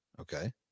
Okay